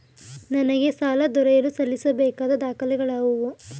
ನನಗೆ ಸಾಲ ದೊರೆಯಲು ಸಲ್ಲಿಸಬೇಕಾದ ದಾಖಲೆಗಳಾವವು?